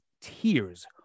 tears